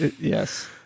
Yes